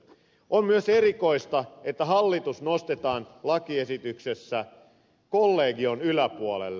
on myös erikoista että hallitus nostetaan lakiesityksessä kollegion yläpuolelle